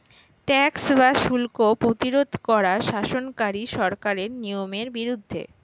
tax বা শুল্ক প্রতিরোধ করা শাসনকারী সরকারের নিয়মের বিরুদ্ধে